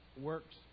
works